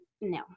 no